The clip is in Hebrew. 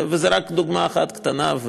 וזו רק דוגמה אחת קטנה,